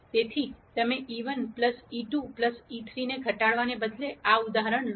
તેથી તમે e1 e2 e3 ને ઘટાડવાને બદલે આ ઉદાહરણ લો